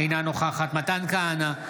אינה נוכחת מתן כהנא,